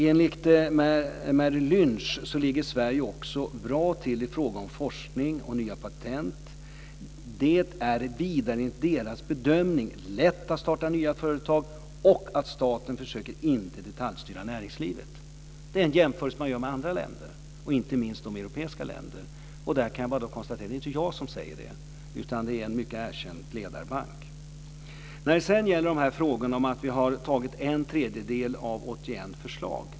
Enligt Merrill Lynch ligger Sverige bra till i fråga om forskning och nya patent. Enligt Merrill Lynchs bedömning är det lätt att starta nya företag. Staten försöker inte detaljstyra näringslivet. Det är en jämförelse man gör med andra länder, inte minst europeiska. Det är inte jag som gör den, utan en mycket erkänd, ledande bank. Det sägs i interpellationen att vi har genomfört endast en tredjedel av 81 förslag.